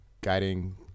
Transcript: guiding